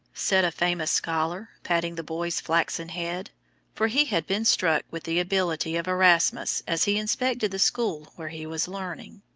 said a famous scholar, patting the boy's flaxen head for he had been struck with the ability of erasmus as he inspected the school where he was learning.